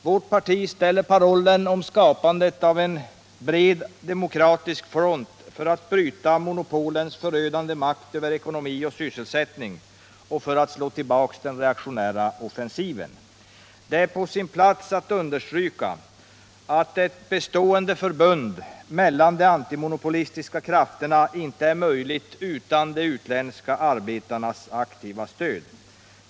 Vårt parti ställer parollen om skapandet av en bred demokratisk front för att bryta monopolens förödande makt över ekonomi och sysselsättning och för att slå tillbaka den reaktionära offensiven. Det är på sin plats att understryka att ett bestående förbund mellan de antimonopolistiska krafterna inte är möjligt utan de utländska arbetarnas aktiva stöd.